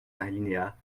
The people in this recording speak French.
alinéa